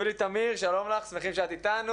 יולי תמיר, שלום לך, שמחים שאת איתנו.